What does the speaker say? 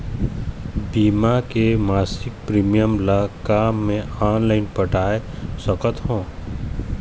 बीमा के मासिक प्रीमियम ला का मैं ऑनलाइन पटाए सकत हो?